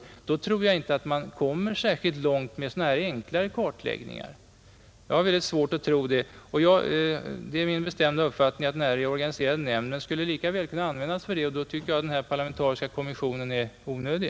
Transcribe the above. Jag har svårt att tro att man kommer särskilt långt med sådana enkla kartläggningar. Det är min bestämda uppfattning att den reorganiserade nämnden lika väl skulle kunna användas för detta, och därför tycker jag att den parlamentariska kommissionen är onödig.